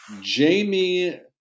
Jamie